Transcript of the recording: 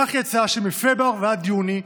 כך יצא שמפברואר ועד יוני,